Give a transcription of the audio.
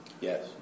Yes